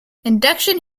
induction